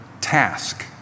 TASK